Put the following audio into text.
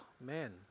man